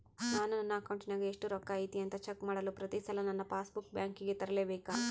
ನಾನು ನನ್ನ ಅಕೌಂಟಿನಾಗ ಎಷ್ಟು ರೊಕ್ಕ ಐತಿ ಅಂತಾ ಚೆಕ್ ಮಾಡಲು ಪ್ರತಿ ಸಲ ನನ್ನ ಪಾಸ್ ಬುಕ್ ಬ್ಯಾಂಕಿಗೆ ತರಲೆಬೇಕಾ?